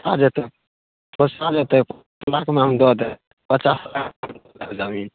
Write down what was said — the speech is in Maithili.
आओर जेतै पोसा जेतै मार्चमे हम दऽ देब पचास लाखमे जमीन